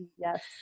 Yes